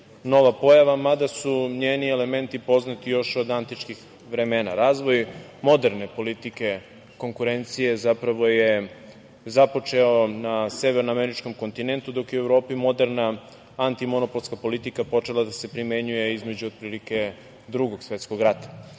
nova pojava, mada su njeni elementi poznati još od antičkih vremena. Razvoj moderne politike konkurencije započeo je na severno američkom kontinentu dok je u Evropi moderna antimonopolska politika počela da se primenjuje između Drugog svetskog